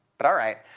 but all right.